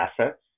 assets